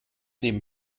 neben